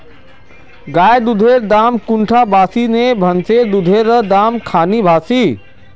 गायेर दुधेर दाम कुंडा बासी ने भैंसेर दुधेर र दाम खान बासी?